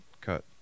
cut